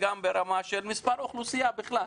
וגם ברמה של כמות האוכלוסייה בכלל.